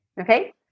Okay